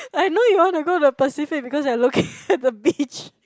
I know you want to go to the Pacific because you are looking at the beach